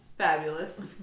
Fabulous